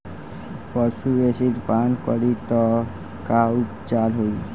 पशु एसिड पान करी त का उपचार होई?